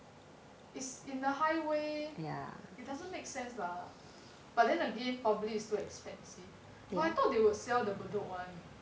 is in the highway it doesn't make sense lah but then again probably it's too expensive but I thought they would sell the bedok one